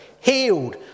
healed